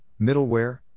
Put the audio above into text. middleware